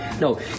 No